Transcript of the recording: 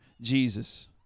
Jesus